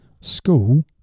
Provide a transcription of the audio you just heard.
School